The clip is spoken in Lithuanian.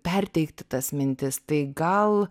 perteikti tas mintis tai gal